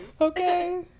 okay